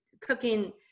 cooking